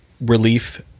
relief